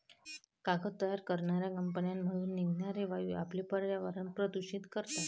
कागद तयार करणाऱ्या कंपन्यांमधून निघणारे वायू आपले पर्यावरण प्रदूषित करतात